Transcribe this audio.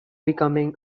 becoming